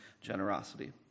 generosity